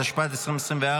התשפ"ד 2024,